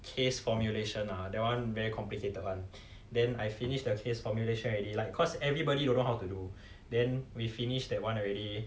case formulation ah that one very complicated [one] then I finish the case formulation already like cause everybody don't know how to do then we finish that one already